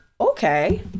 Okay